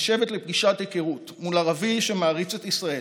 לשבת לפגישת היכרות מול ערבי שמעריץ את ישראל,